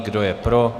Kdo je pro?